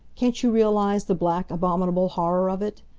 can't you realise the black, abominable horror of it?